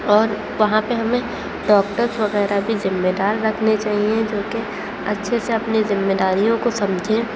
اور وہاں پہ ہمیں ڈاکٹرز وغیرہ بھی ذمہ دار رکھنے چاہئیں جوکہ اچھے سے اپنی ذمہ داریوں کو سمجھیں